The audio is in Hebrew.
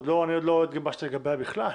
אני עוד לא התגבשתי לגביה בכלל,